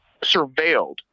surveilled